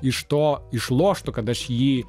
iš to išloštų kad aš jį